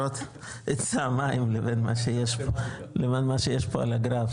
היצע מים לבין מה שיש פה על הגרף?